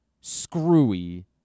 screwy